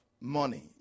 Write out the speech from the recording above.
money